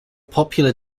popular